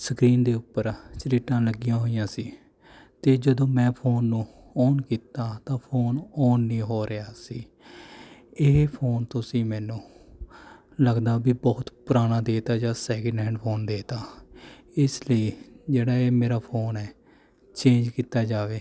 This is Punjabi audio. ਸਕਰੀਨ ਦੇ ਉੱਪਰ ਝਰੀਟਾਂ ਲੱਗੀਆਂ ਹੋਈਆਂ ਸੀ ਅਤੇ ਜਦੋਂ ਮੈਂ ਫ਼ੋਨ ਨੂੰ ਔਨ ਕੀਤਾ ਤਾਂ ਫੋਨ ਔਨ ਨਹੀਂ ਹੋ ਰਿਹਾ ਸੀ ਇਹ ਫੋਨ ਤੁਸੀਂ ਮੈਨੂੰ ਲੱਗਦਾ ਵੀ ਬਹੁਤ ਪੁਰਾਣਾ ਦੇ ਦਿੱਤਾ ਜਾਂ ਸੈਕਿੰਡਹੈਂਡ ਫ਼ੋਨ ਦੇ 'ਤਾ ਇਸ ਲਈ ਜਿਹੜਾ ਇਹ ਮੇਰਾ ਫ਼ੋਨ ਹੈ ਚੇਂਜ ਕੀਤਾ ਜਾਵੇ